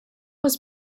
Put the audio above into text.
was